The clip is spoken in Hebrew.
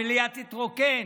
המליאה תתרוקן.